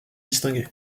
distingués